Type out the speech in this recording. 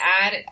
add